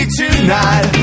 tonight